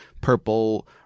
purple